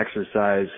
exercise